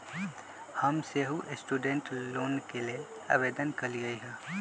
हम सेहो student loan के लेल आवेदन कलियइ ह